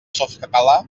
softcatalà